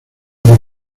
por